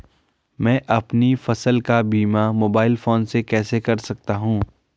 मैं अपनी फसल का बीमा मोबाइल फोन से कैसे कर सकता हूँ?